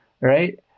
right